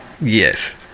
Yes